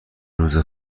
روز